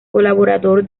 colaborador